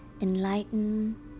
enlighten